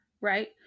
right